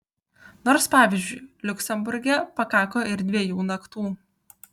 nors pavyzdžiui liuksemburge pakako ir dviejų naktų